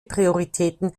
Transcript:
prioritäten